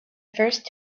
first